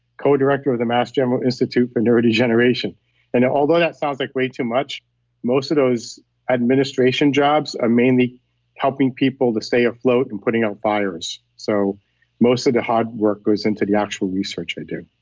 co-director of the mass general institute for neurodegeneration and although that sounds like way too much, most of those administration jobs are mainly helping people to stay afloat and putting out fires. so most of the hard work goes into the actual research i do.